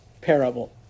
parable